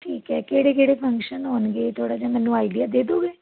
ਠੀਕ ਐ ਕਿਹੜੇ ਕਿਹੜੇ ਫ਼ੰਕਸ਼ਨ ਹੋਣਗੇ ਥੋੜਾ ਜਿਆ ਮੈਨੂੰ ਆਈਡੀਆ ਦੇ ਦੋਗੇ